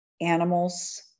animals